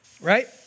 right